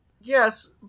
Yes